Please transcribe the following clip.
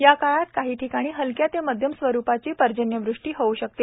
या काळात काही ठिकाणी हलक्या ते मध्यम स्वरूपाची पर्जन्यवृष्टि होऊ शकते